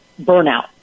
burnout